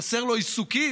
חסרים לו עיסוקים?